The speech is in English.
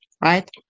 right